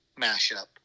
mashup